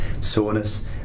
soreness